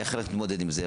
איך נתמודד עם זה?